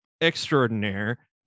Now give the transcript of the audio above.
extraordinaire